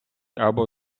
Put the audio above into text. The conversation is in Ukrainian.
або